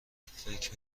فکر